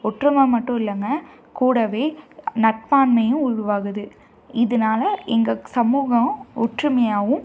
ஒற்றுமை மட்டும் இல்லைங்க கூடவே நட்பான்மையும் உருவாகுது இதனால எங்கள் சமூகம் ஒற்றுமையாவும்